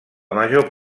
major